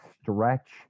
stretch